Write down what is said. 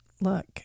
look